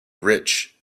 rich